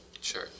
Sure